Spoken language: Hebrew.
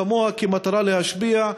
כמוה כמטרה להשפיע,